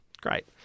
Great